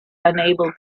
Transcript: unable